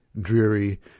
dreary